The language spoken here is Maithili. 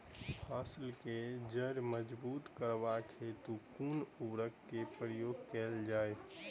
फसल केँ जड़ मजबूत करबाक हेतु कुन उर्वरक केँ प्रयोग कैल जाय?